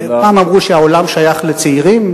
פעם אמרו שהעולם שייך לצעירים,